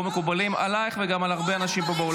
מקובלים עלייך וגם על הרבה אנשים באולם פה.